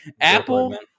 Apple